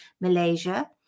Malaysia